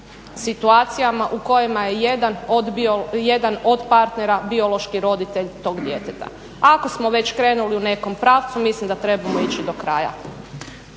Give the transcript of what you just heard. situacijama u kojima je jedan od partnera biološki roditelj tog djeteta. Ako smo već krenuli u nekom pravcu mislim da trebamo ići do kraja.